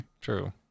True